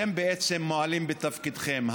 אתם בעצם מועלים בתפקידכם.